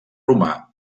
romà